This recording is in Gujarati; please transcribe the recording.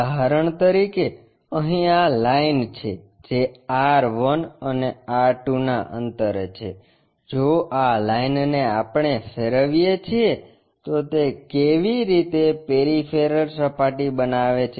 ઉદાહરણ તરીકે અહીં આ લાઇન છે જે R 1 અને R 2 ના અંતરે છે જો આ લાઇન ને આપણે ફેરવીએ છીએ તો તે રીતે પેરિફેરલ સપાટી બનાવે છે